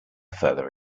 further